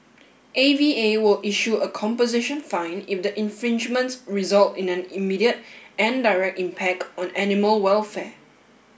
A V A will issue a composition fine if the infringements result in an immediate and direct impact on animal welfare